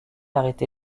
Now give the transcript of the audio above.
arrêté